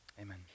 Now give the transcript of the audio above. amen